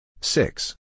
six